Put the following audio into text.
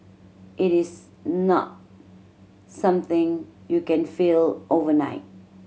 it is not something you can feel overnight